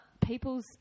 people's